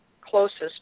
closest